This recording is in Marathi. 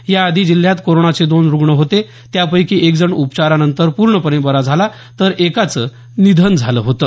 याआधी जिल्ह्यात कोरोनाचे दोन रुग्ण होते त्यापैकी एक जण उपचारानंतर पूर्णपणे बरा झाला तर एकाचं निधन झालं होतं